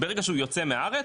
ברגע שהוא יוצא מהארץ,